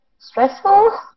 Stressful